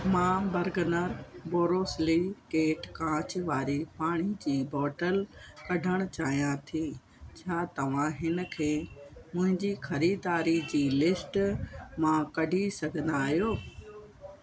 मां Bergner borosilicate कांच वारी पाणी जी बोटल कढणु चाहियां थी छा तव्हां हिन खे मुंहिंजी ख़रीदारी जी लिस्ट मां कढी सघंदा आहियो